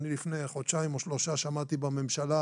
לפני חודשיים או שלושה שמעתי בממשלה